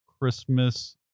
Christmas